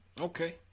Okay